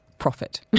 profit